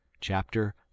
Chapter